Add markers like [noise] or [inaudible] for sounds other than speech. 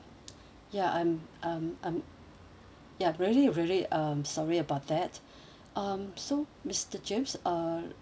[noise] ya I'm I'm I'm ya really really um sorry about that um so mister james uh